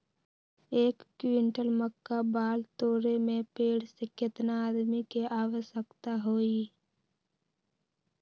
एक क्विंटल मक्का बाल तोरे में पेड़ से केतना आदमी के आवश्कता होई?